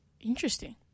Interesting